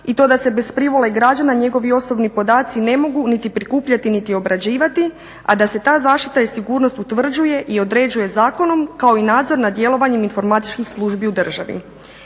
i to da se bez privole građana njegovi osobni podaci ne mogu niti prikupljati niti obrađivati, a da se ta zaštita i sigurnost utvrđuje i određuje zakonom, kao i nadzor nad djelovanjem informatičkih službi u državi.